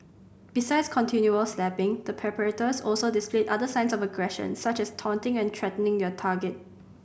besides continual slapping the perpetrators also displayed other signs of aggression such as taunting and threatening their target